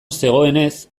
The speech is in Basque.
zegoenez